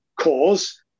cause